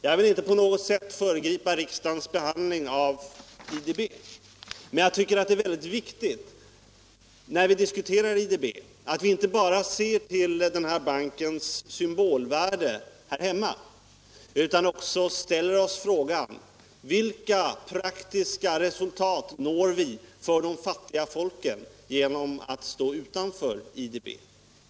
Jag vill inte på något sätt föregripa riksdagens behandling av IDB, men jag tycker det är väldigt viktigt när les stot fin org vi diskuterar IDB att vi inte bara ser till bankens symbolvärde här hemma Utrikes-, handelsutan också ställer oss frågan vilka praktiska resultat vi når för de fattiga — och valutapolitisk folken genom att stå utanför IDB.